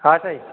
हा साईं